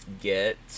get